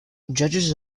judges